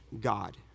God